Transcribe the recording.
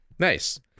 Nice